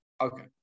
Okay